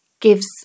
gives